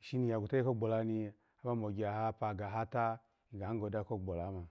ishini iya gwutagye ko gbolani aba ogye ahapa gahata igahi goda ko gbloma